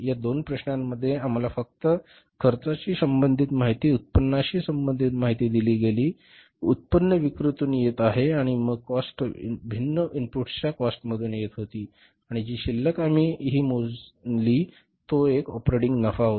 या दोन प्रश्नांमध्ये आम्हाला फक्त खर्चाशी संबंधित माहिती आणि उत्पन्नाशी संबंधित माहिती दिली गेली उत्पन्न विक्रीतून येत आहे आणि मग काॅस्ट भिन्न इनपुट्सच्या काॅस्ट मधून येत होती आणि जी शिल्लक आम्ही ही मोजणी तो एक ऑपरेटिंग नफा होता